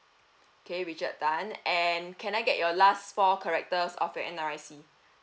okay richard tan and can I get your last four characters of your N_R_I_C